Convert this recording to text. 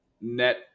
net